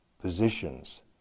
positions